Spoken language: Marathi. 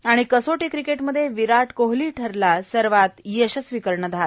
आणि कसोटी क्रिकेटमध्ये विराट कोहली ठरला सर्वात यशस्वी कर्णधार